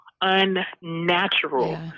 unnatural